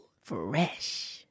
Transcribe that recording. Fresh